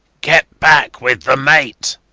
get back with the mate.